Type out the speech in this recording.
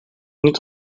niet